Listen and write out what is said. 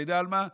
אתה יודע על מה?